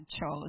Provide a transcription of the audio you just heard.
chose